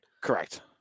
Correct